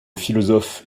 philosophe